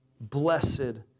blessed